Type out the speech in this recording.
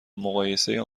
مقایسه